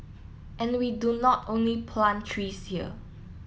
and we do not only plant trees here